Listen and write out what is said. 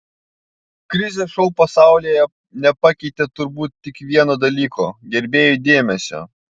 krizė šou pasaulyje nepakeitė turbūt tik vieno dalyko gerbėjų dėmesio